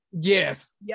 Yes